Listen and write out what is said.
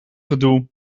gedoe